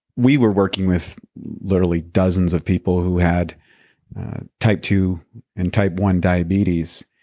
we were working with literally dozens of people who had type two and type one diabetes.